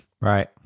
right